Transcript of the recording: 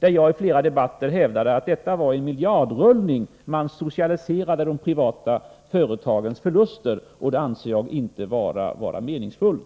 Jag har i flera debatter hävdat att detta var en miljardrullning; man socialiserade de privata företagens förluster. Det anser jag inte vara meningsfullt.